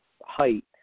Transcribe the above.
height